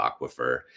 aquifer